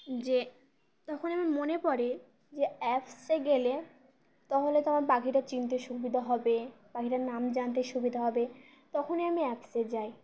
যে তখন আমার মনে পড়ে যে অ্যাপসে গেলে তাহলে তো আমার পাখিটা চিনতে সুবিধা হবে পাখিটার নাম জানতে সুবিধা হবে তখনই আমি অ্যাপসে যাই